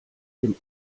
dem